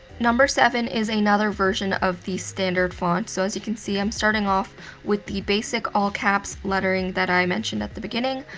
number seven is another version of the standard font. so, as you can see, i'm starting off with the basic all-caps lettering that i mentioned at the beginning,